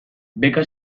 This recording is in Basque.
beka